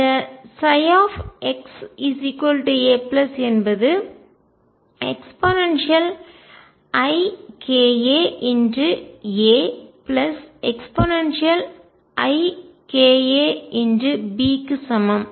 இந்தxa என்பது eikaAeikaB க்கு சமம்